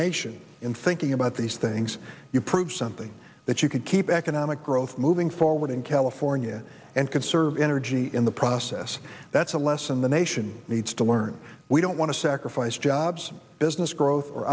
nation in thinking about these things you prove something that you could keep economic growth moving forward in california and conserve energy in the process that's a lesson the nation needs to learn we don't want to sacrifice jobs business growth or